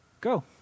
Go